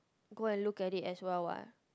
go and look at it as well what